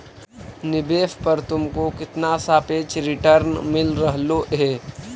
निवेश पर तुमको कितना सापेक्ष रिटर्न मिल रहलो हे